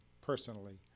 personally